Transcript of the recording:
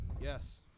Yes